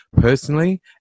personally